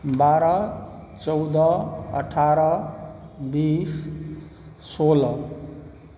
बारह चौदह अठारह बीस सोलह